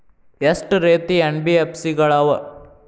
ಎಷ್ಟ ರೇತಿ ಎನ್.ಬಿ.ಎಫ್.ಸಿ ಗಳ ಅವ?